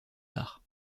arts